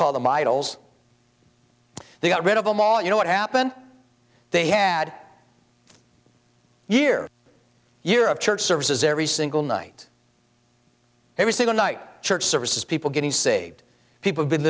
call them idols they got rid of them all you know what happened they had year year of church services every single night every single night church services people getting saved people